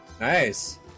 Nice